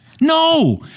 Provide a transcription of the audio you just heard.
No